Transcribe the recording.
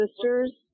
Sisters